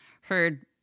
heard